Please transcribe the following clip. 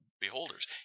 Beholders